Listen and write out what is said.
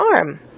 arm